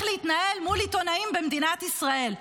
להתנהל מול עיתונאים במדינת ישראל.